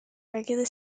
regular